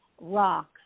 rocks